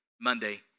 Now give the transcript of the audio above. Monday